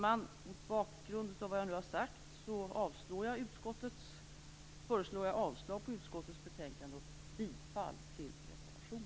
Mot bakgrund av vad jag nu har sagt föreslår jag avslag på utskottets betänkande och bifall till reservationen.